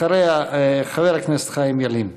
אחריה, חבר הכנסת חיים ילין.